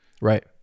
Right